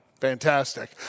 Fantastic